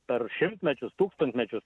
per šimtmečius tūkstantmečius